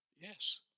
Yes